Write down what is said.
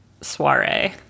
soiree